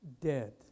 dead